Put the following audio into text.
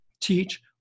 teach